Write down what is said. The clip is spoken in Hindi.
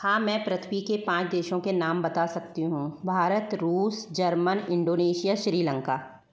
हाँ मैं पृथ्वी के पाँच देशों के नाम बता सकती हूँ भारत रूस जर्मन इंडोनेशिया श्रीलंका